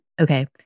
Okay